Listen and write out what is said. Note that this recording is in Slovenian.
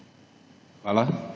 Hvala.